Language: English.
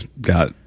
got